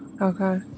Okay